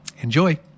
enjoy